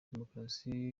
demokarasi